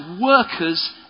workers